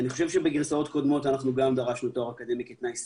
אני חושב שבגרסאות קודמות אנחנו גם דרשנו תואר אקדמי כתנאי סף,